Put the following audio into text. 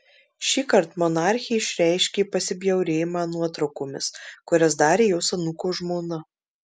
šįkart monarchė išreiškė pasibjaurėjimą nuotraukomis kurias darė jos anūko žmona